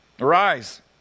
Arise